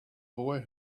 boy